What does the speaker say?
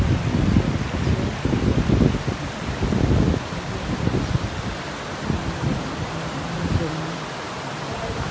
ꯑꯗꯨꯅ ꯎꯆꯦꯛ ꯍꯥꯏꯕꯁꯦ ꯌꯦꯡꯕꯗ ꯑꯗꯨꯛꯀꯤ ꯃꯇꯤꯛ ꯅꯨꯡꯉꯥꯏꯖꯕ ꯐꯥꯎꯖꯩ ꯎꯆꯦꯛ ꯑꯁꯤ ꯌꯦꯡꯖꯅꯤꯡꯏ